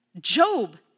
Job